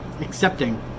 accepting